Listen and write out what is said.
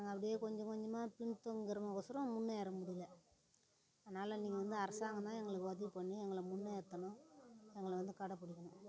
நாங்கள் அப்படியே கொஞ்ச கொஞ்சமாக பின்தங்கறோமே கோசறோம் முன்னேற முடியலை அதனால நீங்கள் வந்து அரசாங்கம் தான் எங்களுக்கு உதவி பண்ணி எங்களை முன்னேற்றனும் எங்களை வந்து கடைபுடிக்கணும்